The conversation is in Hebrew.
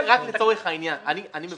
אני יכול